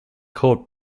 called